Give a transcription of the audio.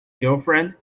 girlfriend